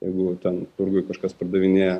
jeigu ten turguj kažkas pardavinėja